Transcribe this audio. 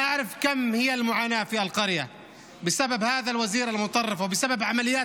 אני יודע עד כמה אתם סובלים בכפר בגלל השר הקיצוני הזה ובגלל פעולות